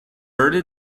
early